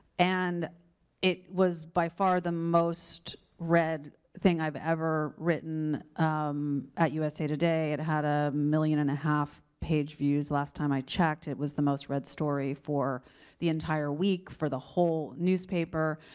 and it was by far the most read thing i've ever written um at usa today it had a million and a half page views last time i checked. it was the most read story for the entire week for the whole newspaper.